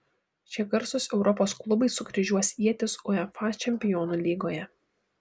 šie garsūs europos klubai sukryžiuos ietis uefa čempionų lygoje